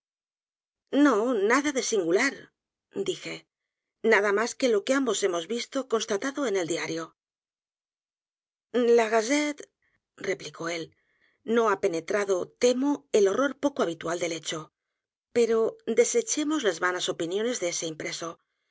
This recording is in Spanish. no nada de singular dije n a d a más que lo que ambos hemos visto constatado en el diario la gazette replicó él no ha penetrado temo el h o r r o r poco habitual del hecho pero desechemos las vanas opiniones de ese impreso